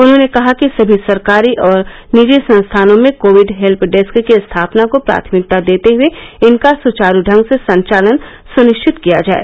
उन्होंने कहा कि सभी सरकारी और निजी संस्थानों में कोविड हेत्य डेस्क की स्थापना को प्राथमिकता देते हुए इनका सुचारू ढंग से संचालन सुनिश्चित किया जाए